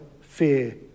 fear